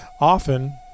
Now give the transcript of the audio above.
Often